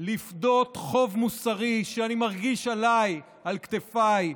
לפדות חוב מוסרי שאני מרגיש עליי, על כתפיי.